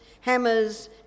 hammers